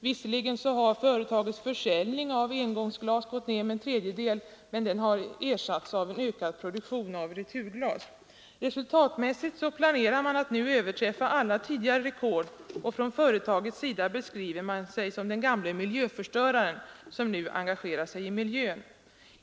Visserligen har företagets försäljning av engångsglas gått ned med en tredjedel, men den minskningen har ersatts av en ökad produktion av returglas. Resultatmässigt planerar man nu att överträffa alla tidigare rekord, och från företagets sida beskriver man sig som den gamla miljöförstöraren som nu engagerar sig i kampen för miljön.